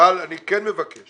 אבל אני כן מבקש